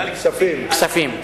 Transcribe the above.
כספים.